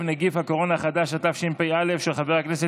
התשפ"א 2020,